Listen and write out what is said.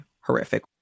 horrific